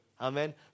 Amen